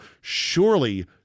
Surely